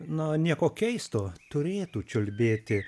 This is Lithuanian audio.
na nieko keisto turėtų čiulbėti